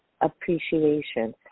appreciation